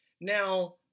Now